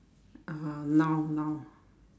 uh noun noun